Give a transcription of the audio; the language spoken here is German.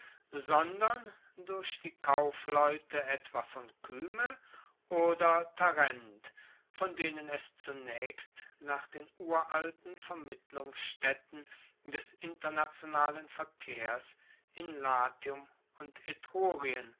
sondern durch die kaufleute etwa von kyme oder tarent von denen es zunaechst nach den uralten vermittlungsstaetten des internationalen verkehrs in latium und